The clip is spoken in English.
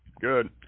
Good